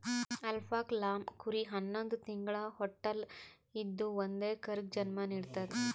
alpaca llama ಕುರಿ ಹನ್ನೊಂದ್ ತಿಂಗ್ಳ ಹೊಟ್ಟಲ್ ಇದ್ದೂ ಒಂದೇ ಕರುಗ್ ಜನ್ಮಾ ನಿಡ್ತದ್